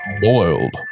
boiled